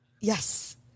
Yes